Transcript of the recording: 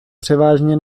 převážně